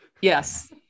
Yes